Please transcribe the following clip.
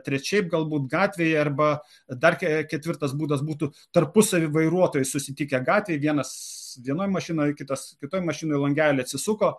trečiaip galbūt gatvėje arba dar ke ketvirtas būdas būtų tarpusavy vairuotojai susitikę gatvėj vienas vienoj mašinoj kitas kitoj mašinoj langelį atsisuko